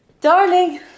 Darling